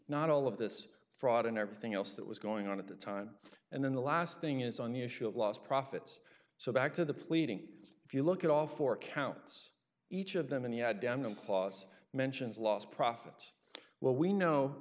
not all of this fraud and everything else that was going on at the time and then the last thing is on the issue of lost profits so back to the pleadings if you look at all four counts each of them in the eye damn clause mentions lost profits well we know